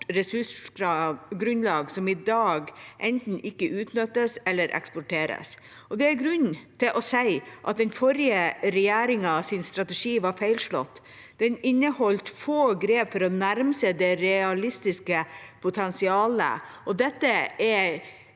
ressursgrunnlag som i dag enten ikke utnyttes eller eksporteres. Det er grunn til å si at den forrige regjeringens strategi var feilslått. Den inneholdt få grep for å nærme seg det realistiske potensialet, og dette er